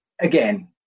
again